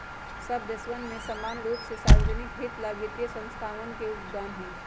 सब देशवन में समान रूप से सार्वज्निक हित ला वित्तीय संस्थावन के योगदान हई